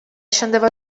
scendeva